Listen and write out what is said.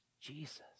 Jesus